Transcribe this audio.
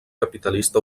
capitalista